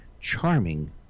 charming